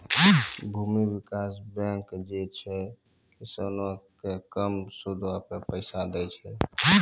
भूमि विकास बैंक जे छै, किसानो के कम सूदो पे पैसा दै छे